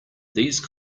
these